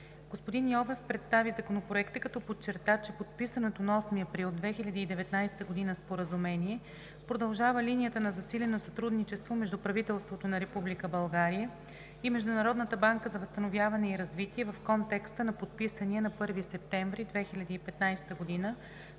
Господин Йовев представи Законопроекта, като подчерта, че подписаното на 8 април 2019 г. Споразумение продължава линията на засилено сътрудничество между правителството на Република България и Международната банка за възстановяване и развитие в контекста на подписания на 1 септември 2015 г.